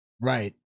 Right